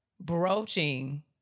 broaching